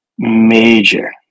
major